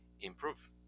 improve